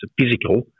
physical